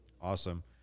Awesome